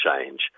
change